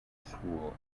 school